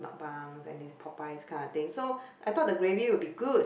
mukbangs and is Popeyes kind of thing so I though the gravy would be good